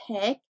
pick